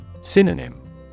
Synonym